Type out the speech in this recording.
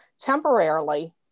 temporarily